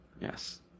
Yes